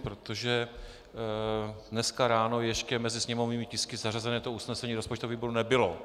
Protože dneska ráno ještě mezi sněmovními tisky zařazené to usnesení rozpočtového výboru nebylo.